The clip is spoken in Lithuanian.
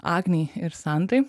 agnei ir santai